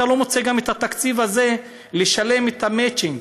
אתה לא מוצא גם את התקציב הזה לשלם את המצ'ינג.